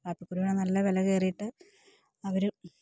കാപ്പിക്കുരുവിന് നല്ല വില കയറിയിട്ട് അവർ